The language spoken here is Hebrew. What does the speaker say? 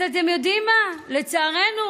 אז אתם יודעים מה, לצערנו